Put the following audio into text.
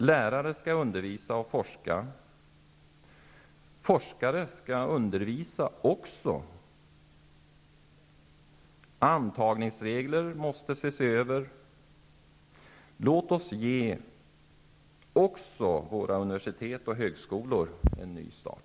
Lärare skall undervisa och forska. Forskare skall undervisa också. Antagningsreglerna måste ses över. Låt oss ge också våra universitet och högskolor en ny start!